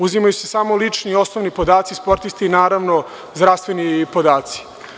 Uzimaju se samo lični i osnovni podaci sportiste i, naravno, zdravstveni podaci.